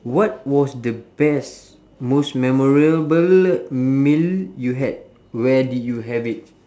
what was the best most memorable meal you had where did you have it